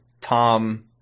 Tom